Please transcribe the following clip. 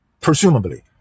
presumably